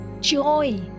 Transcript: joy